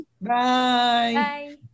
Bye